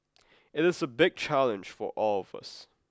it is a big challenge for all of us